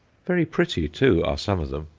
very pretty too are some of them,